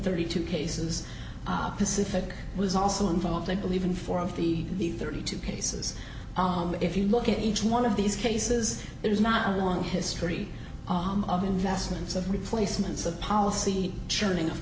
thirty two cases up pacific was also involved i believe in four of the thirty two cases if you look at each one of these cases it was not a long history of investments of replacements of policy churning of